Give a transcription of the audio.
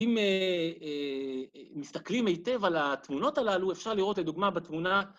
אם מסתכלים היטב על התמונות הללו, אפשר לראות לדוגמה בתמונה...